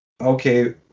okay